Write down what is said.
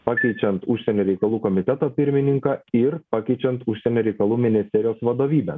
pakeičiant užsienio reikalų komiteto pirmininką ir pakeičiant užsienio reikalų ministerijos vadovybę